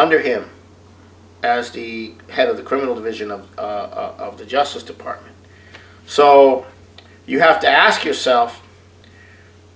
under him as the head of the criminal division of of the justice department so you have to ask yourself